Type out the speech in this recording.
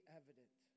evident